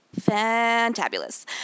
Fantabulous